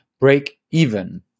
break-even